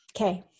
Okay